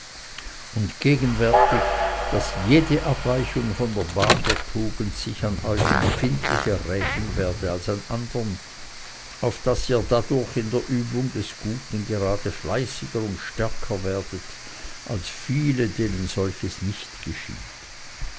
und gewärtig daß jede abweichung von der bahn der tugend sich an euch empfindlicher rächen werde als an anderen auf daß ihr dadurch in der übung des guten gerade fleißiger und stärker werdet als viele denen nicht solches geschieht